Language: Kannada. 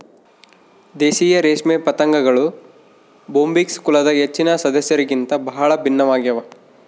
ದೇಶೀಯ ರೇಷ್ಮೆ ಪತಂಗಗಳು ಬೊಂಬಿಕ್ಸ್ ಕುಲದ ಹೆಚ್ಚಿನ ಸದಸ್ಯರಿಗಿಂತ ಬಹಳ ಭಿನ್ನವಾಗ್ಯವ